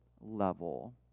level